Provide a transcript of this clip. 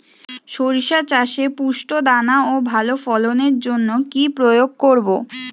শরিষা চাষে পুষ্ট দানা ও ভালো ফলনের জন্য কি প্রয়োগ করব?